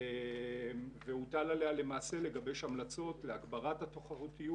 ולמעשה הוטל עליה לגבש המלצות להגברת התחרותיות